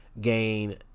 gain